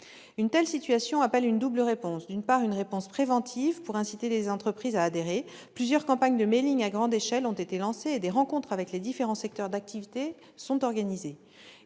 Une telle situation appelle une double réponse : une réponse préventive, tout d'abord, pour inciter les entreprises à adhérer- plusieurs campagnes de à grande échelle ont été lancées et des rencontres avec les différents secteurs d'activité organisées